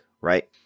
Right